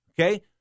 Okay